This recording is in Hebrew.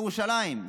ירושלים,